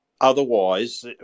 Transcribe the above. otherwise